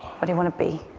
what do you want to be?